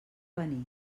venir